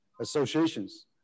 associations